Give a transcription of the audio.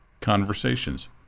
conversations